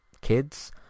kids